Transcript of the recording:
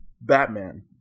Batman